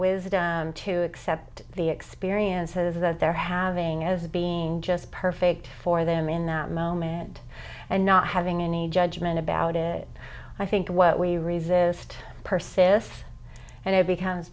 wisdom to accept the experiences that they're having as being just perfect for them in that moment and not having any judgment about it i think what we resist persists and i becomes